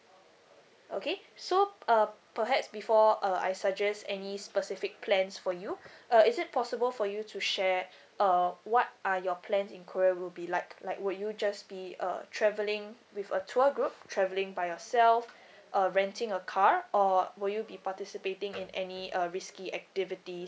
okay so uh perhaps before uh I suggest any specific plans for you uh is it possible for you to share uh what are your plans in korea will be like like would you just be uh travelling with a tour group travelling by yourself uh renting a car or will you be participating in any uh risky activities